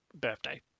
birthday